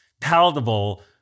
palatable